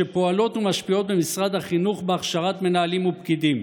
שפועלות ומשפיעות במשרד החינוך בהכשרת מנהלים ופקידים.